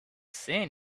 seen